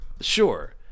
Sure